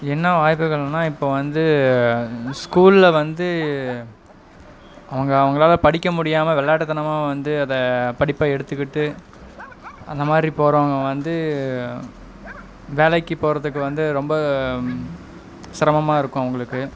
என்ன வாய்ப்புகள்னா இப்போ வந்து ஸ்கூலில் வந்து அவங்க அவங்களால் படிக்க முடியாமல் விளாட்டுத்தனமா வந்து அதை படிப்பை எடுத்துக்கிட்டு அந்தமாதிரி போகிறவங்க வந்து வேலைக்கு போகிறதுக்கு வந்து ரொம்ப சிரமமாயிருக்கும் அவங்களுக்கு